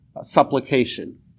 supplication